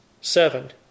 Seven